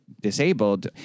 disabled